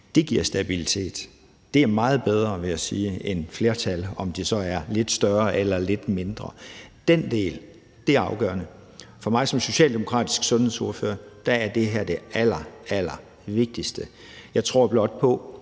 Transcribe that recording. Det giver stabilitet, og det er meget bedre, vil jeg sige, end flertal, om det så er lidt større eller lidt mindre. Den del er afgørende. For mig som socialdemokratisk sundhedsordfører er det her det allervigtigste. Jeg tror blot på,